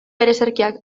ereserkiak